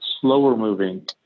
slower-moving